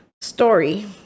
story